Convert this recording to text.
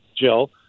Jill